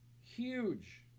Huge